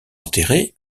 enterrés